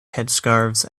headscarves